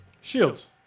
Shields